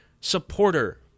supporter